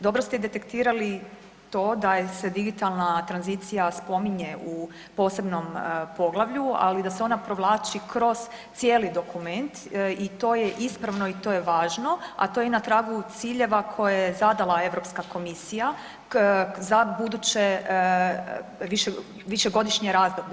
Dobro ste detektirali to da se digitalna tranzicija spominje u posebnom poglavlju, ali da se ona provlači kroz cijeli dokument i to je ispravno i to je važno, a to je i na tragu ciljeva koje je zadala Europska komisija za buduće višegodišnje razdoblje.